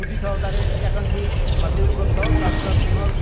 পুতি থওঁ তাৰে এক ইঞ্চি মাটিৰ ওপৰত থওঁ তাৰ পৰা পুনৰ